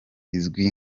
izwi